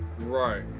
Right